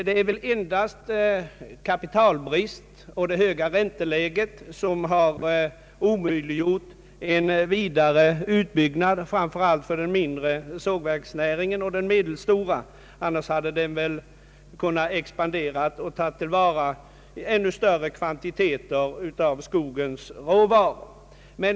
Det är väl endast kapitalbristen och det höga ränteläget som har omöjliggjort en vidare utbyggnad framför allt för den mindre och medelstora sågverksindustrin. Annars hade också den kunnat expandera och ta till vara ännu större kvantiteter av skogens råvaror.